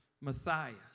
Matthias